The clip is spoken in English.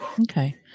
Okay